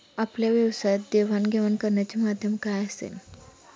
आपल्या व्यवसायात देवाणघेवाण करण्याचे माध्यम काय असेल?